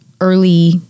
early